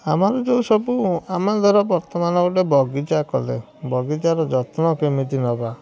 ଆମେମାନେ ଯେଉଁ ସବୁ ଆମେମାନେ ଧର ବର୍ତ୍ତମାନ ଗୋଟେ ବଗିଚା କଲେ ବଗିଚାର ଯତ୍ନ କେମିତି ନେବା